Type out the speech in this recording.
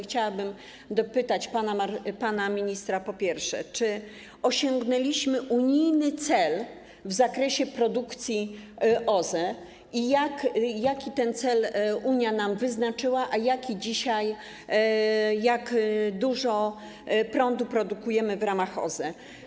Chciałabym dopytać pana ministra, po pierwsze, czy osiągnęliśmy unijny cel w zakresie produkcji OZE i jaki ten cel Unia nam wyznaczyła oraz jak dużo prądu produkujemy w ramach OZE.